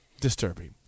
Disturbing